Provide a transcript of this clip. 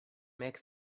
make